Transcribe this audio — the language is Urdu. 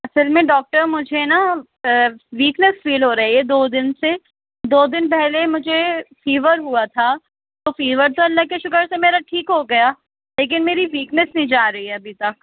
اصل میں ڈاکٹر مجھے نہ ویکنیس فِیل ہو رہی ہے دو دِن سے دو دِن پہلے مجھے فِیور ہُوا تھا تو فِیور تو اللہ کے شُکر سے میرا ٹھیک ہو گیا لیکن میری ویکنیس نہیں جارہی ہے ابھی تک